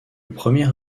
premier